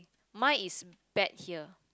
mine is bad here